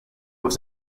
was